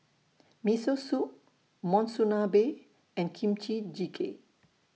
Miso Soup Monsunabe and Kimchi Jjigae